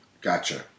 Gotcha